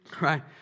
right